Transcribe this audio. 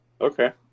Okay